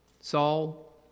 Saul